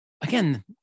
Again